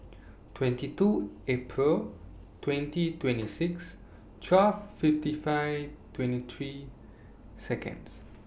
twenty two April twenty twenty six twelve fifty five twenty three Seconds